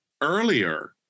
earlier